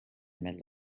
middle